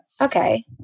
Okay